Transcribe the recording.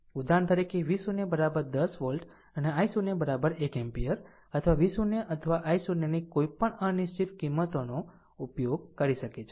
ઉદાહરણ તરીકે V0 10 volt અથવા i0 1 એમ્પીયર અથવા V0 અથવા i0 ની કોઈપણ અનિશ્ચિત કિંમતોનો ઉપયોગ કરી શકે છે